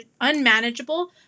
unmanageable